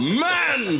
man